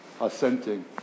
assenting